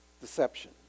Deception